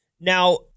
Now